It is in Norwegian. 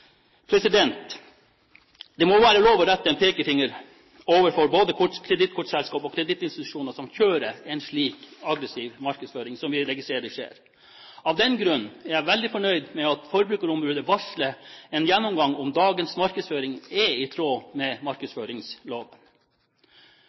Det må være lov å rette en pekefinger mot både kredittkortselskaper og kredittinstitusjoner som kjører en slik aggressiv markedsføring som vi registrerer skjer. Av den grunn er jeg veldig fornøyd med at forbrukerombudet varsler en gjennomgang av om dagens markedsføring er i tråd med